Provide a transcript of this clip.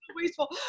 wasteful